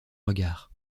regard